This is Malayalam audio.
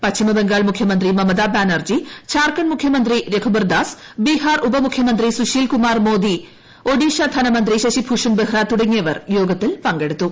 പ്രായി മുഖ്യമന്ത്രി മമത ബാനർജി ഝാർഖണ്ഡ് മുഖ്യമന്ത്രി രഖുബർദാസ് ബീഹാർ ഉപമുഖ്യമന്ത്രി സുശീൽ കുമാർ മോദി ഒഡീഷ ധനമന്ത്രി ശശിഭൂഷൺ ബെഹ്റ തുടങ്ങിയവർ യോഗത്തിൽ പങ്കെടുത്തു